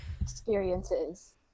experiences